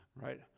Right